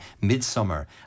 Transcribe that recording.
midsummer